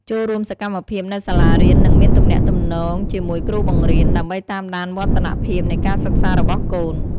ចូលរួមសកម្មភាពនៅសាលារៀន និងមានទំនាក់ទំនងជាមួយគ្រូបង្រៀន ដើម្បីតាមដានវឌ្ឍនភាពនៃការសិក្សារបស់កូន។